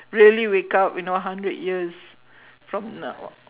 really wake up you know hundred years from now